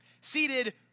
seated